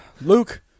Luke